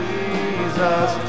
Jesus